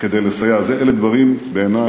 כדי לסייע, בעיני אלה דברים קטנים.